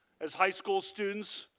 as high school students,